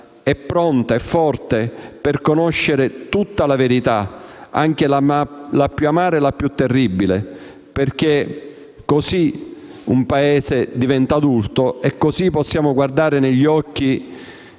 è pronta a conoscere tutta la verità, anche la più amara e terribile, perché così un Paese diventa adulto e così possiamo guardare negli occhi